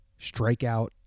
strikeout